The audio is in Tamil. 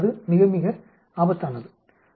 அது மிக மிக ஆபத்தானது